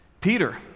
Peter